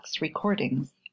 recordings